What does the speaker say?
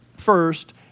First